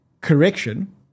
correction